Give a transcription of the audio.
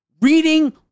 Reading